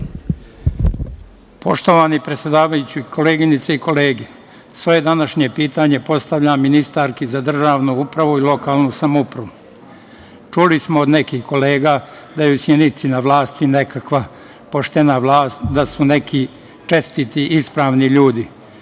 Poštovani predsedavajući, koleginice i kolege, svoje današnje pitanje postavljam ministarki za državnu upravu i lokalnu samoupravu. Čuli smo od nekih kolega da je u Sjenici na vlasti nekakva poštena vlast, da su neki čestiti, ispravni ljudi